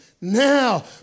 Now